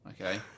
Okay